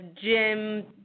Jim